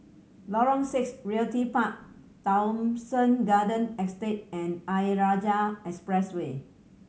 Lorong Six Realty Park Thomson Garden Estate and Ayer Rajah Expressway